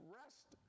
rest